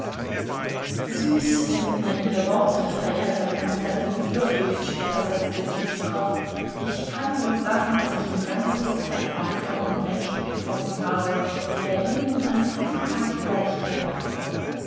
süß sind mir ihre worte verehrter konstantin fjodorowitsch versetzte tschitschikow ich kann wohl sagen daß ich in ganz rußland noch keinen menschen getroffen habe der ihnen an klugheit